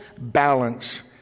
balance